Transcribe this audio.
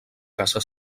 casa